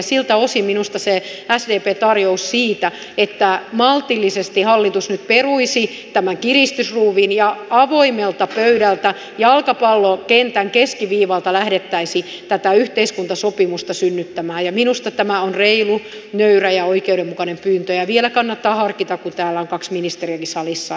siltä osin minusta se sdpn tarjous että maltillisesti hallitus nyt peruisi tämän kiristysruuvin ja avoimelta pöydältä jalkapallokentän keskiviivalta lähdettäisiin tätä yhteiskuntasopimusta synnyttämään on reilu nöyrä ja oikeudenmukainen pyyntö ja vielä kannattaa harkita kun täällä on kaksi ministeriäkin salissa että näin voitaisiin menetellä